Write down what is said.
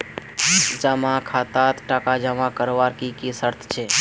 जमा खातात टका जमा करवार की की शर्त छे?